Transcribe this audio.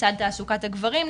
מצד תעסוקת הגברים,